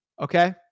okay